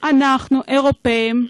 אנחנו האירופים,